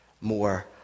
more